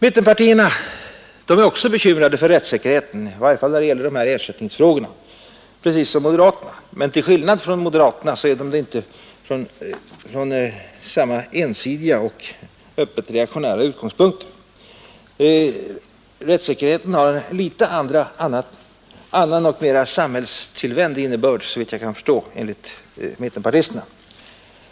Mittenpartierna är också bekymrade för rättssäkerheten, i varje fall när det gäller de här ersättningsfrågorna, precis som moderaterna. Men till skillnad från moderaterna är de inte bekymrade från samma ensidiga och öppet reaktionära utgångspunkt. Rättssäkerheten har enligt mittenpartierna en annan och mera samhällstillvänd innebörd, såvitt jag kan förstå.